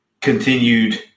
continued